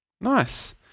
Nice